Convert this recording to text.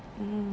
mm